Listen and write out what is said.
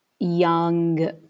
young